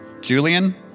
Julian